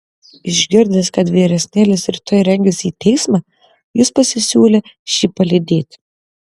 išgirdęs kad vyresnėlis rytoj rengiasi į teismą jis pasisiūlė šį palydėti